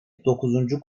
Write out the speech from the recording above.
dokuzuncu